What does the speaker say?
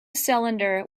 cylinder